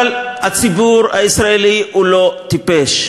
אבל הציבור הישראלי הוא לא טיפש,